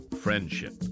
friendship